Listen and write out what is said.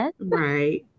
right